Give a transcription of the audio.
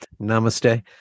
Namaste